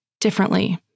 differently